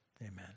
amen